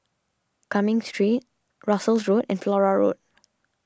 Cumming Street Russels Road and Flora Road